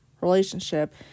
relationship